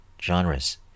genres